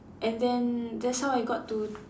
and then that's how I got to